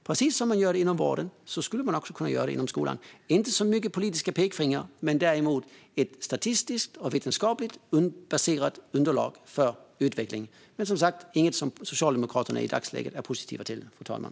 Precis som man gör inom vården skulle man också kunna göra inom skolan: inte så många politiska pekfingrar men däremot ett statistiskt och vetenskapligt baserat underlag för utveckling. Men det är som sagt var ingenting som Socialdemokraterna är positiva till i dagsläget, fru talman.